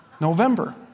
November